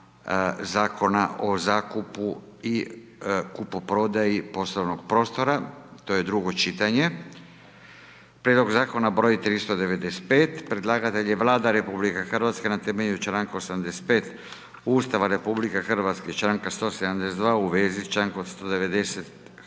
Zakona o zakupu i kupoprodaji poslovnog prostora. To je drugo čitanje, prijedlog zakona broj 395. Predlagatelj je Vlada Republike Hrvatske na temelju čl. 85. Ustava RH i čl. 172. u vezi sa čl. 190